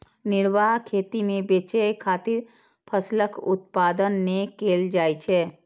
निर्वाह खेती मे बेचय खातिर फसलक उत्पादन नै कैल जाइ छै